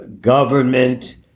government